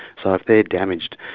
so if they are damaged,